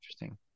Interesting